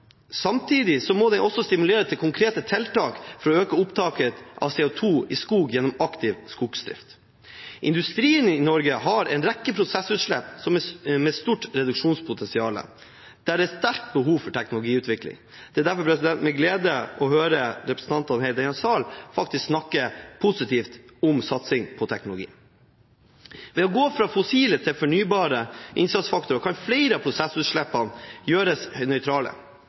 må den også stimulere til konkrete tiltak for å øke opptaket av CO2 i skog gjennom aktiv skogsdrift. Industrien i Norge har en rekke prosessutslipp med stort reduksjonspotensial der det er stort behov for teknologiutvikling. Det er derfor en glede å høre representantene i denne sal snakke positivt om satsing på teknologi. Ved å gå fra fossile til fornybare innsatsfaktorer kan flere av prosessutslippene gjøres nøytrale.